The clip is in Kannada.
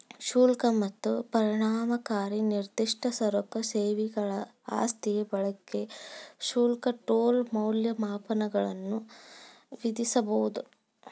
ಶುಲ್ಕ ಮತ್ತ ಪರಿಣಾಮಕಾರಿ ನಿರ್ದಿಷ್ಟ ಸರಕು ಸೇವೆಗಳ ಆಸ್ತಿ ಬಳಕೆ ಶುಲ್ಕ ಟೋಲ್ ಮೌಲ್ಯಮಾಪನಗಳನ್ನ ವಿಧಿಸಬೊದ